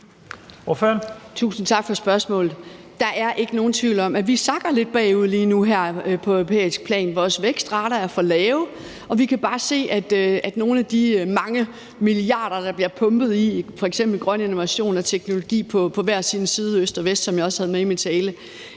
Tusind tak for spørgsmålet. Der er ikke nogen tvivl om, at vi sakker lidt bagud lige nu og her på europæisk plan. Vores vækstrater er for lave, og vi kan bare se, at nogle af de mange milliarder, der bliver pumpet i f.eks. grøn innovation og teknologi på hver sin side, Øst og Vest, hvilket jeg også havde med i min tale,